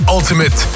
Ultimate